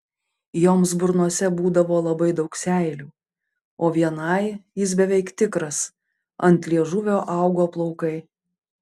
joms burnose būdavo labai daug seilių o vienai jis beveik tikras ant liežuvio augo plaukai